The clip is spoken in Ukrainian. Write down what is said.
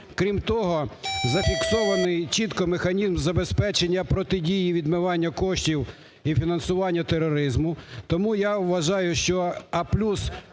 Крім того, зафіксований чітко механізм забезпечення протидії відмивання коштів і фінансування тероризму. Тому я вважаю, а плюс